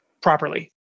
properly